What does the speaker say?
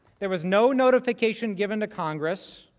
there was no notification given the congress